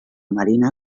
marina